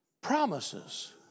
promises